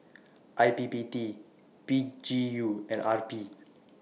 I P P T P G U and R P